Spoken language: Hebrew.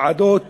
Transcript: ועדות